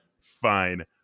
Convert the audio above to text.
fine